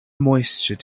moisture